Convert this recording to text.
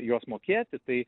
juos mokėti tai